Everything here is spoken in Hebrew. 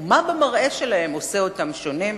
ומה במראה שלהם עושה אותם שונה?